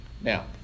Now